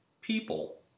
people